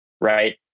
right